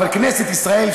אבל כנסת ישראל,